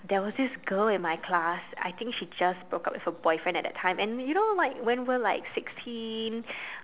there was this girl in my class I think she just broke up with her boyfriend at that time and you know like when we're like sixteen